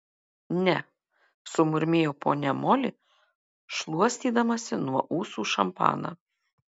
ne sumurmėjo ponia moli šluostydamasi nuo ūsų šampaną